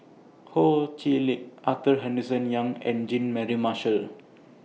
Ho Chee Lick Arthur Henderson Young and Jean Mary Marshall